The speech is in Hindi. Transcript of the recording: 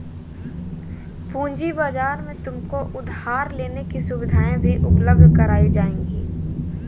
पूँजी बाजार में तुमको उधार लेने की सुविधाएं भी उपलब्ध कराई जाएंगी